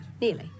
Nearly